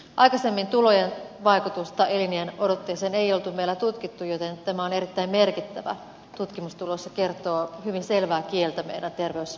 aikaisemmin tulojen vaikutusta eliniänodotteeseen ei ollut meillä tutkittu joten tämä on erittäin merkittävä tutkimustulos ja kertoo hyvin selvää kieltä meidän terveydenhuoltojärjestelmästämme